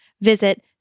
visit